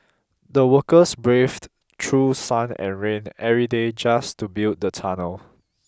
the workers braved through sun and rain every day just to build the tunnel